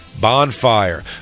Bonfire